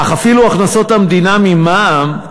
אך אפילו הכנסות המדינה ממע"מ,